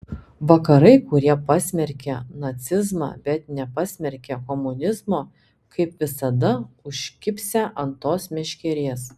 vakarai kurie pasmerkė nacizmą bet nepasmerkė komunizmo kaip visada užkibsią ant tos meškerės